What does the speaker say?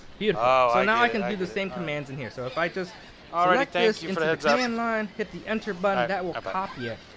beautiful. so now i can do the same commands in here. so if i just select this into the command line, hit the enter button, that will copy it.